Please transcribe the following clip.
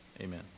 Amen